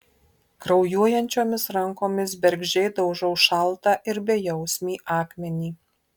kraujuojančiomis rankomis bergždžiai daužau šaltą ir bejausmį akmenį